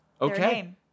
okay